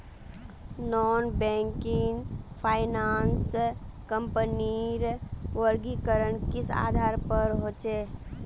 Non banking finance कंपनीर वर्गीकरण किस आधार पर होचे?